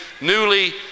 newly